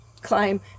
climb